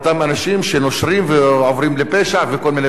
שנושרים ועוברים לפשע וכל מיני דברים כאלה.